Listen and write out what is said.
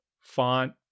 font